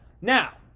Now